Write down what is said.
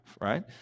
right